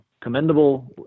commendable